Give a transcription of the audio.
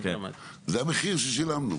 זה אפשר להתווכח אם הוא טוב או רע התווכחנו כבר בעבר,